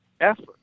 effort